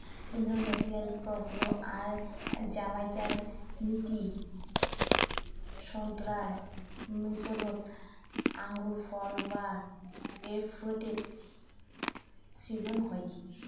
ইন্দোনেশিয়ার পমেলো আর জামাইকার মিষ্টি সোন্তোরার মিশোলোত আঙুরফল বা গ্রেপফ্রুটের শিজ্জন হই